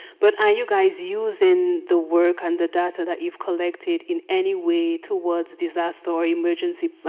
but, are you guys using the work and the data that you've collected in any way towards disaster or emergency